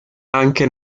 anche